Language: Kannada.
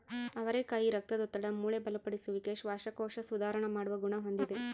ಅವರೆಕಾಯಿ ರಕ್ತದೊತ್ತಡ, ಮೂಳೆ ಬಲಪಡಿಸುವಿಕೆ, ಶ್ವಾಸಕೋಶ ಸುಧಾರಣ ಮಾಡುವ ಗುಣ ಹೊಂದಿದೆ